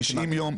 למה?